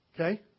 Okay